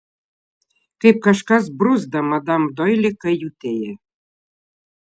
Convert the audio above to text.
kaip kažkas bruzda madam doili kajutėje